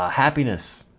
ah happiness.